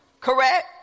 Correct